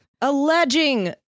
alleging